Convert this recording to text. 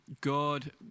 god